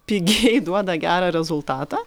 pigiai duoda gerą rezultatą